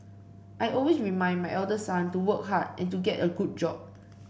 I always remind my elder son to work hard and to get a good job